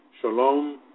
Shalom